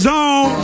Zone